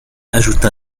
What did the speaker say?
ajouta